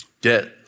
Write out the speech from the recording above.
Debt